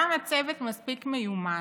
גם הצוות מספיק מיומן,